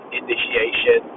initiation